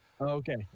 okay